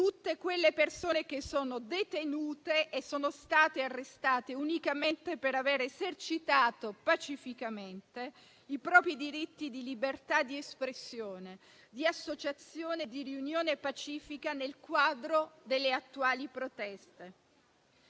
tutte le persone detenute che sono state arrestate unicamente per aver esercitato pacificamente i propri diritti di libertà di espressione, di associazione e di riunione pacifica nel quadro delle attuali proteste.